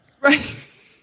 Right